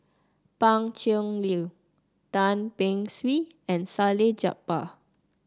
Pan Cheng Lui Tan Beng Swee and Salleh Japar